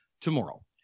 tomorrow